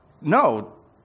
no